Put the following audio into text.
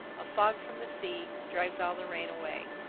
a fog from the sea drives all the rain away.